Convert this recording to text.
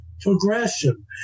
progression